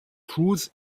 truth